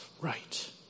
right